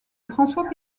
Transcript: françois